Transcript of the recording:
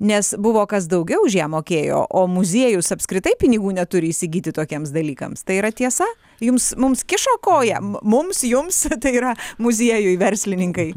nes buvo kas daugiau už ją mokėjo o muziejus apskritai pinigų neturi įsigyti tokiems dalykams tai yra tiesa jums mums kišo koją m mums jums tai yra muziejui verslininkai